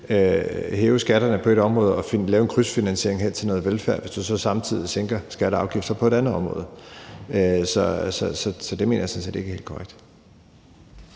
hæve skatterne på et område og lave en krydsfinansiering hen til noget velfærd, hvis du så samtidig sænker skatter og afgifter på et andet område. Så det mener jeg sådan set ikke er helt korrekt.